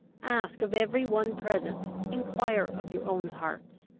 ask of every one present, enquire of your own hearts!